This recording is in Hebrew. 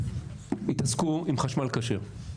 התעסקו עם חשמל כשר.